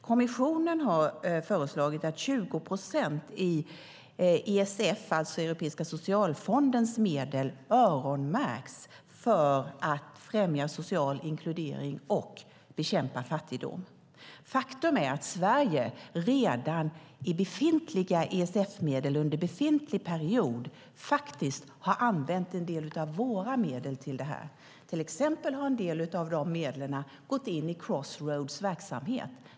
Kommissionen har föreslagit att 20 procent av ESF:s, alltså Europeiska socialfondens, medel öronmärks för att främja social inkludering och bekämpa fattigdom. Faktum är att vi i Sverige redan under befintlig period har använt en del av våra medel till detta. Till exempel har en del av dessa medel gått in i Crossroads verksamhet.